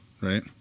right